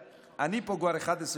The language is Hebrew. אני פה כבר 11 שנים.